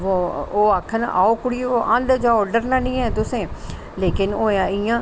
ओह् आक्खन आओ कुड़ियो आंदे जाओ डरना नेईं ऐ तुसें लेकिन होआ इयां